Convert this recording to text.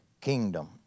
kingdom